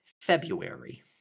February